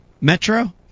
Metro